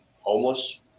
homeless